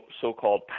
so-called